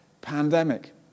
pandemic